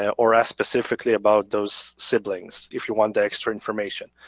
and or ask specifically about those siblings if you want the extra information.